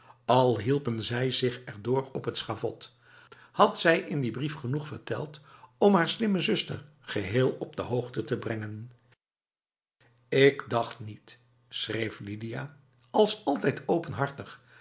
al hielpen zij zich erdoor op het schavot had zij in die brief genoeg verteld om haar slimme zuster geheel op de hoogte te brengen ik dacht niet schreef lidia als altijd openhartig